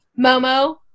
Momo